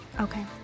okay